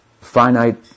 finite